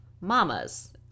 mamas